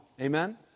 Amen